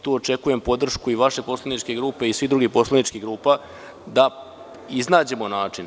Tu očekujem podršku i vaše poslaničke grupe i svih drugih poslaničkih grupa da iznađemo način.